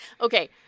Okay